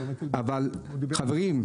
חברים,